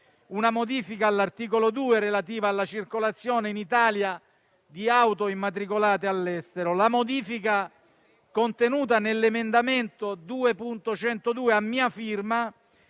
la modifica all'articolo 2 relativa alla circolazione in Italia di auto immatricolate all'estero. La modifica contenuta nell'emendamento 2.102, a mia firma,